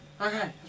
Okay